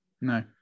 No